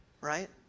right